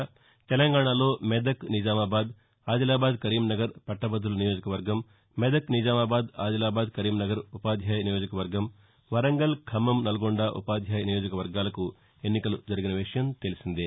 మరోవైపు తెలంగాణాలో మెదక్ నిజామాబాదు ఆదిలాబాద్ కరీంనగర్ పట్టభదులు నియోజకవర్గం మెదక్ నిజామాబాదు ఆదిలాబాద్ కరీంనగర్ ఉపాధ్యాయ నియోజకవర్గం వరంగల్ ఖమ్మం నల్గొండ ఉపాధ్యాయ నియోజకవర్గాలకు ఎన్నికలు జరిగిన విషయం తెలిసిందే